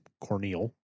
Cornel